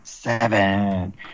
Seven